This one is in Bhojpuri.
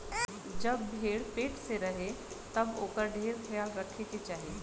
जब भेड़ पेट से रहे तब ओकर ढेर ख्याल रखे के चाही